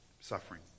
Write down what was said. Suffering